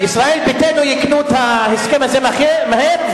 ישראל ביתנו יקנו את ההסכם הזה מהר,